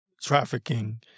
trafficking